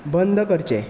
बंद करचें